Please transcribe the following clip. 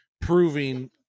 proving